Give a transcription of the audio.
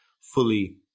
fully